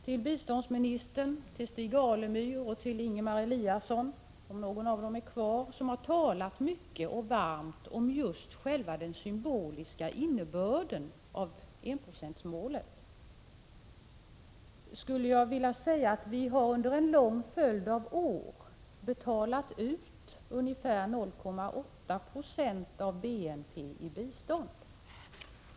Till biståndsministern, Stig Alemyr och Ingemar Eliasson, som har talat mycket och varmt om just själva den symboliska innebörden i enprocentsmålet, skulle jag vilja säga — om någon av dem är kvar i kammaren: Vi har under en lång följd av år betalat ut ungefär 0,8 96 av BNP i bistånd.